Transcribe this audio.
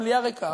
המליאה ריקה.